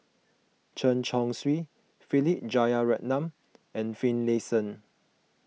Chen Chong Swee Philip Jeyaretnam and Finlayson